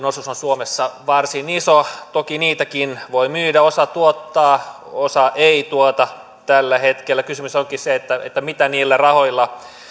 osuus on suomessa varsin iso toki niitäkin voi myydä osa tuottaa osa ei tuota tällä hetkellä kysymys onkin se että mitä niillä rahoilla